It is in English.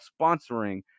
sponsoring